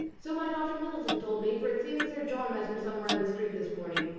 so my daughter middleton told me, for it seems sir john met him somewhere in the street this morning.